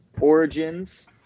origins